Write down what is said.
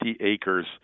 acres